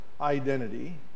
identity